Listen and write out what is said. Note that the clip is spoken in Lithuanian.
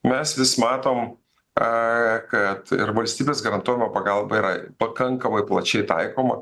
mes vis matome kad ir valstybės garantuojama pagalba yra pakankamai plačiai taikoma